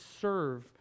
serve